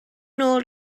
nôl